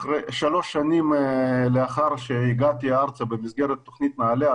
שלוש שנים לאחר שהגעתי ארצה במסגרת תוכנית נעל"ה,